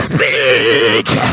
big